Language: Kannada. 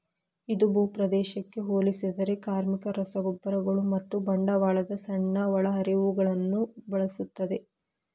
ಇದು ಭೂಪ್ರದೇಶಕ್ಕೆ ಹೋಲಿಸಿದರೆ ಕಾರ್ಮಿಕ, ರಸಗೊಬ್ಬರಗಳು ಮತ್ತು ಬಂಡವಾಳದ ಸಣ್ಣ ಒಳಹರಿವುಗಳನ್ನು ಬಳಸುತ್ತದೆ